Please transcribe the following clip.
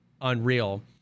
unreal